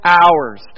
hours